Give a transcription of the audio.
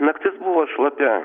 naktis buvo šlapia